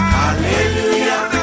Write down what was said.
hallelujah